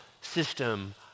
system